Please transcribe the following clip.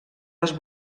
les